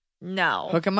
No